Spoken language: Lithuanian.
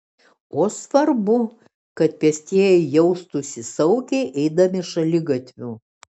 o svarbu kad pėstieji jaustųsi saugiai eidami šaligatviu